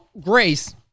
Grace